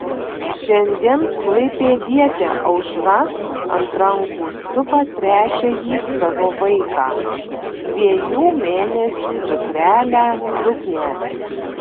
šiandien klaipėdietė aušra ant rankų supa trečiąjį savo vaiką dviejų mėnesių dukrelę luknę